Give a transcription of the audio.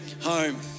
home